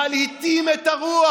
מלהיטים את הרוח,